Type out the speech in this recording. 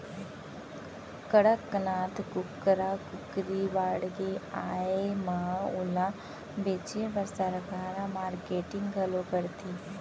कड़कनाथ कुकरा कुकरी बाड़गे आए म ओला बेचे बर सरकार ह मारकेटिंग घलौ करथे